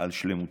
על שלמותנו,